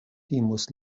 timos